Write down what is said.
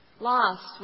lost